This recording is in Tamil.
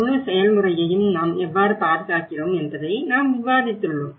முழு செயல்முறையையும் நாம் எவ்வாறு பாதுகாக்கிறோம் என்பதை நாம் விவாதித்துள்ளோம்